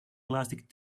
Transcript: plastic